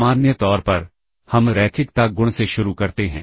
सामान्य तौर पर हम रैखिकता गुण से शुरू करते हैं